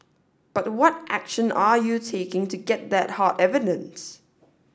but what action are you taking to get that hard evidence